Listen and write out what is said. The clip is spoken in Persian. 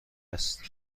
است